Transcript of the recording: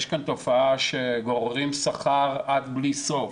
יש כאן תופעה שגוררים שכר עד בלי סוף,